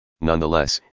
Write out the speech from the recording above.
Nonetheless